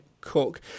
Cook